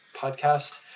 podcast